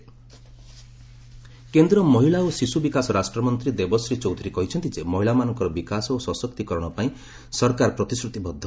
women development କେନ୍ଦ୍ର ମହିଳା ଓ ଶିଶୁ ବିକାଶ ରାଷ୍ଟ୍ରମନ୍ତ୍ରୀ ଦେବଶ୍ରୀ ଚୌଧୁରୀ କହିଛନ୍ତି ଯେ ମହିଳାମାନଙ୍କର ବିକାଶ ଓ ସଶକ୍ତିକରଣ ପାଇଁ ସରକାର ପ୍ରତିଶ୍ରତିବଦ୍ଧ